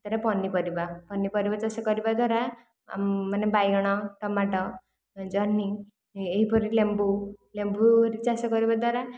ତା'ପରେ ପନିପରିବା ପନିପରିବା ଚାଷ କରିବା ଦ୍ୱାରା ମାନେ ବାଇଗଣ ଟମାଟୋ ଜହ୍ନି ଏହିପରି ଲେମ୍ବୁ ଲେମ୍ବୁ ଚାଷ କରିବା ଦ୍ୱାରା